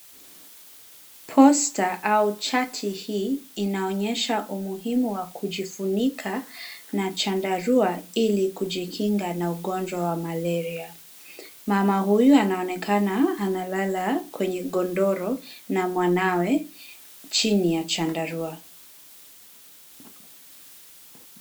Poster au chati hii inaonyesha umuhimu wa kujifunika na chandarua ili kujjikinga na ugonjwa wa Malaria. Mama huyu anaonekana analala kwenye godoro na mwanawe chini ya chandarua.